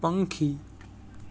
પંખી